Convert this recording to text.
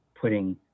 putting